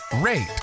rate